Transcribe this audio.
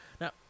Now